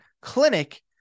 clinic